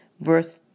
verse